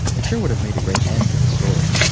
it sure would have made a great end to the story.